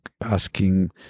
asking